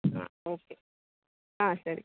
ಹಾಂ ಓಕೆ ಹಾಂ ಸರಿ